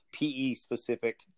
PE-specific